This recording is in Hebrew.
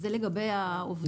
לגבי העובדים.